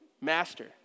Master